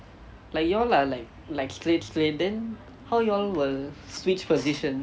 like you all are like straight straight then how you all will switch position